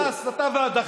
יש פה חבורה של 50 מסיתים.